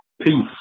Peace